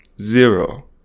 Zero